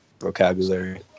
vocabulary